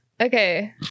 Okay